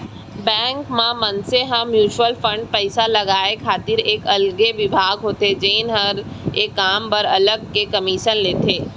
bank म मनसे ह म्युचुअल फंड पइसा लगाय खातिर एक अलगे बिभाग होथे जेन हर ए काम बर अलग से कमीसन लेथे